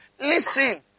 Listen